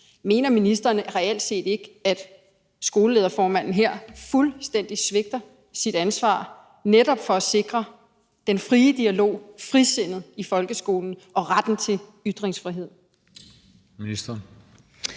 Mener ministeren reelt set ikke, at skolelederformanden her fuldstændig svigter sit ansvar netop for at sikre den frie dialog, frisindet i folkeskolen og retten til ytringsfrihed? Kl.